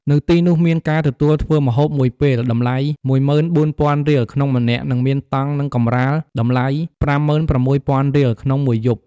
នៅទីនោះ មានការទទួលធ្វើម្ហូបមួយពេល តម្លៃ ១៤,០០០រៀល ក្នុងម្នាក់ និងមានតង់ និងកម្រាល តម្លៃ ៥៦,០០០រៀល ក្នុងមួយយប់។